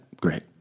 Great